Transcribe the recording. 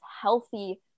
healthy